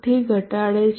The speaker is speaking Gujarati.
1 mVથી ઘટાડે છે